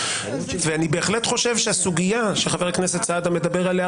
ואני בהחלט חושב שהסוגיה שחבר הכנסת סעדה מדבר עליה,